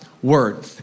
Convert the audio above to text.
Word